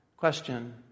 Question